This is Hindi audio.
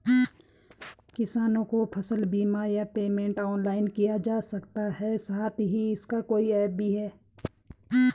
किसानों को फसल बीमा या पेमेंट ऑनलाइन किया जा सकता है साथ ही इसका कोई ऐप भी है?